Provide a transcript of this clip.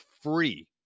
free